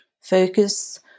Focus